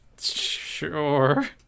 Sure